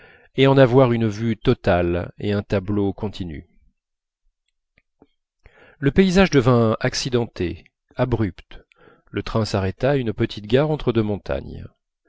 et en avoir une vue totale et un tableau continu le paysage devint accidenté abrupt le train s'arrêta à une petite gare entre deux montagnes